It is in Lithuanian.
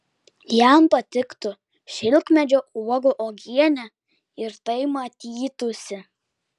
jam patiktų šilkmedžio uogų uogienė ir tai matytųsi